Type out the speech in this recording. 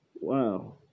Wow